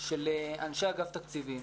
של אנשי אגף תקציבים.